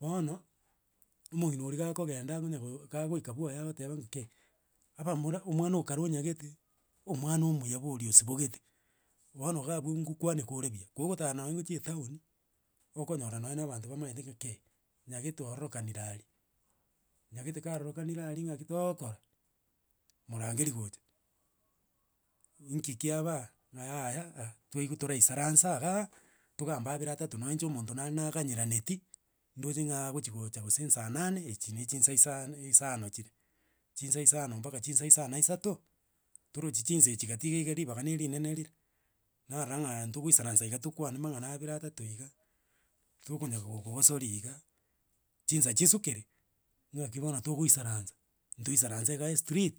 Mbono. omogina oiria gakogenda. ka goika mbwoye. agoteba kei bamura omwana okare onyagete. omwana omuya bori osibogete bono ngabu ogwokani kore buya. kogotara nonya goicha etaoni. okonyora nonye abanto bamanyete mbuna kei. nyarembe ororokanire aria nyangete karorokanire ari. ngaki togokora. Moragerie gocha. Iku kiaba. Yaya. twaigu toraisaransa. togambe abere. atato. Noiche omonto nare nanganyereti. induche agochi gocha. gose saa nane. ichi ne chinsa isano chire. Chinsa isano mpaka chinsa isano na isato torochiri chinsa echi gatia gaiga ribaga nerinene. Naroro tugoisara nsa iga tokwane magana abere. atato iga. Tokonya kogosori iga. Chinsa chisukere. Gaki bona togoisaransa. Toisaranse aiga e street.